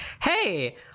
hey